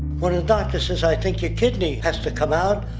when a doctor says i think your kidney has to come out,